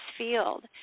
field